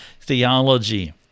theology